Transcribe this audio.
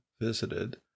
visited